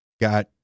got